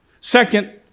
Second